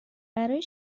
برای